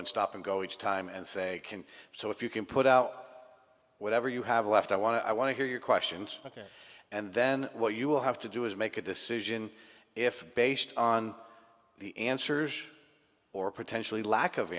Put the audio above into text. and stop and go each time and say can so if you can put out whatever you have left i want to i want to hear your questions ok and then what you will have to do is make a decision if based on the answers or potentially lack of